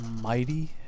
mighty